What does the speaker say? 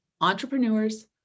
entrepreneurs